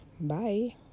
Bye